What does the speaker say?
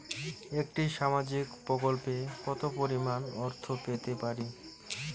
একটি সামাজিক প্রকল্পে কতো পরিমাণ অর্থ পেতে পারি?